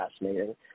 fascinating